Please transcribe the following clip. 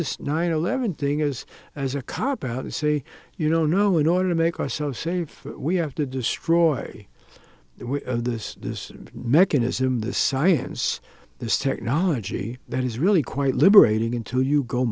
this nine eleven thing as as a cop out to say you know no in order to make ourselves safe we have to destroy this this mechanism the science this technology that is really quite liberating into you go